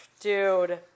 Dude